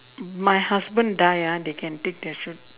my husband die ah they can take attention